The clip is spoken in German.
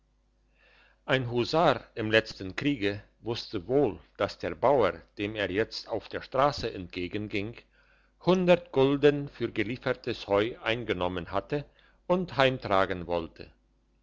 ein husar im letzten kriege wusste wohl dass der bauer dem er jetzt auf der strasse entgegenging gulden für geliefertes heu eingenommen hatte und heimtragen wollte